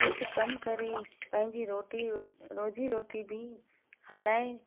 कुझु कमु करे पंहिंजी रोटी रोज़ी रोटी बि हलाए